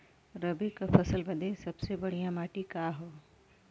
रबी क फसल बदे सबसे बढ़िया माटी का ह?